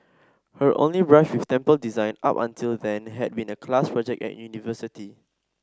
her only brush with temple design up until then had been a class project at university